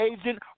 agent